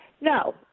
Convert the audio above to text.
No